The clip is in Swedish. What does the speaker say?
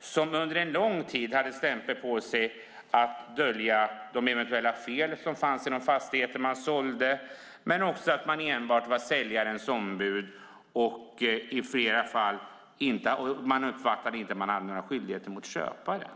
som under en lång tid hade en stämpel på sig att dölja de eventuella fel som fanns i de fastigheter de sålde. Det handlade också om att de enbart var säljarens ombud och inte uppfattade att de hade några skyldigheter mot köparen.